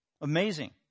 Amazing